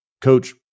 Coach